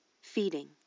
feeding